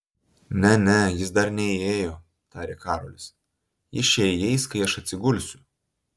ne ne jis dar neįėjo tarė karolis jis čia įeis kai aš atsigulsiu